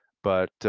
but